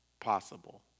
possible